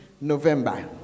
November